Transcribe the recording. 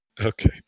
Okay